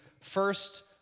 first